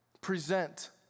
Present